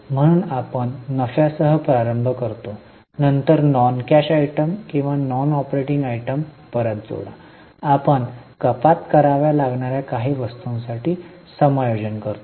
म्हणून आपण नफ्यासह प्रारंभ करतो नंतर नॉन कॅश आयटम किंवा नॉन ऑपरेटिंग आयटम परत जोडा आपण कपात कराव्या लागणार्या काही वस्तूंसाठी समायोजन करतो